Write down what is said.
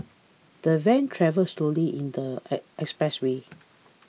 the van travelled slowly in the E expressway